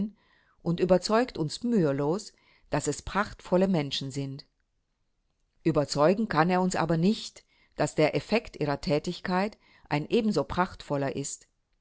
und überzeugt uns mühelos daß es prachtvolle menschen sind überzeugen kann er uns aber nicht daß der effekt ihrer tätigkeit ein ebenso prachtvoller ist